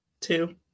Two